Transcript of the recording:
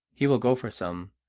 he will go for some,